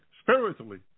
spiritually